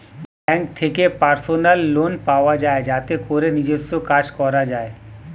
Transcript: bank থেকে personal loan পাওয়া যায় যাতে করে নিজস্ব কাজ করা যায়